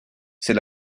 c’est